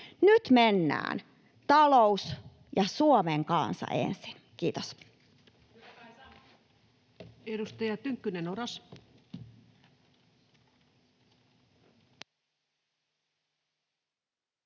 Nyt mennään talous ja Suomen kansa ensin. — Kiitos.